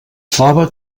fava